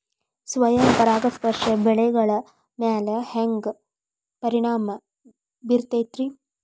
ಸ್ವಯಂ ಪರಾಗಸ್ಪರ್ಶ ಬೆಳೆಗಳ ಮ್ಯಾಲ ಹ್ಯಾಂಗ ಪರಿಣಾಮ ಬಿರ್ತೈತ್ರಿ?